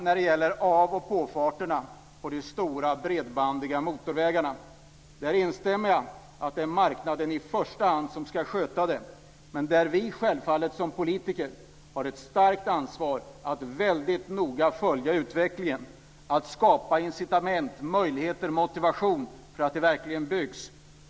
När det gäller av och påfarterna på de stora bredbandiga motorvägarna instämmer jag i att det är marknaden som i första hand ska sköta detta. Men vi som politiker har självfallet ett starkt ansvar för att väldigt noga följa utvecklingen och skapa incitament, möjligheter och motivation så att det verkligen byggs.